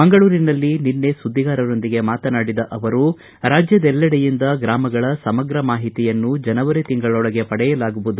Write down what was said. ಮಂಗಳೂರಿನಲ್ಲಿ ನಿನ್ನೆ ಸುದ್ವಿಗಾರರೊಂದಿಗೆ ಮಾತನಾಡಿದ ಅವರು ರಾಜ್ಯದೆಲ್ಲೆಡೆಯಿಂದ ಗ್ರಾಮಗಳ ಸಮಗ್ರ ಮಾಹಿತಿಯನ್ನು ಜನವರಿ ತಿಂಗಳೊಳಗೆ ಪಡೆಯಲಾಗುವುದು